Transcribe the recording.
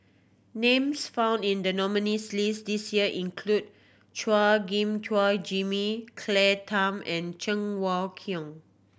names found in the nominees' list this year include Chua Gim Guan Jimmy Claire Tham and Cheng Wai Keung